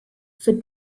for